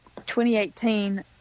2018